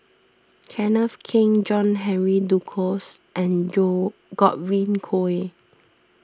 Kenneth Keng John Henry Duclos and Godwin Koay